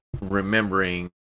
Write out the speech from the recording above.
remembering